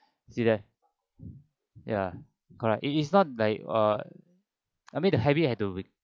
see there ya correct it is not like uh I mean the habit have to